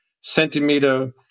centimeter